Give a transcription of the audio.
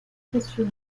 précieux